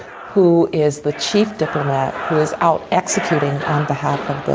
who is the chief diplomat who is out executing on behalf of the.